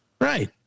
Right